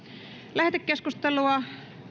lähetekeskustelua